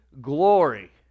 glory